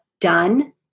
done